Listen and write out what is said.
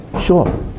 sure